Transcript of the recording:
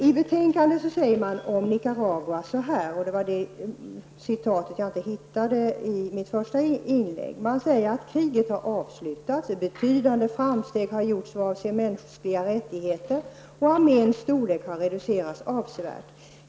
I betänkandet säger utskottet om Nicaragua -- det var det citatet jag inte hittade i mitt första inlägg: ''Kriget har avslutats, betydande framsteg gjorts vad avser mänskliga rättigheter och arméns storlek har reducerats avsevärt.